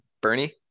Bernie